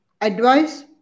advice